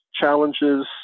challenges